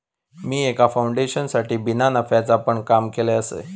मी एका फाउंडेशनसाठी बिना नफ्याचा पण काम केलय आसय